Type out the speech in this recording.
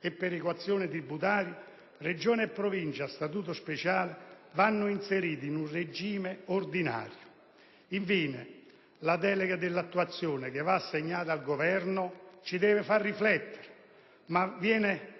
e perequazione tributaria, Regioni e Province a Statuto speciale vanno inserite in un regime ordinario. Infine, la delega dell'attuazione che viene assegnata al Governo ci deve far riflettere, perché